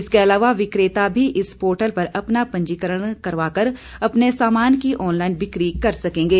इसके अलावा विक्रेता भी इस पोर्टल पर अपना पंजीकरण करवाकर अपने सामान की ऑनलाईन बिकी कर सकेंगे